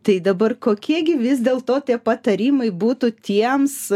tai dabar kokie gi vis dėlto tie patarimai būtų tiems